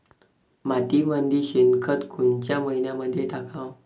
मातीमंदी शेणखत कोनच्या मइन्यामंधी टाकाव?